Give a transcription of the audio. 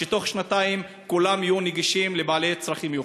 שבתוך שנתיים כולם יהיו נגישים לבעלי צרכים מיוחדים.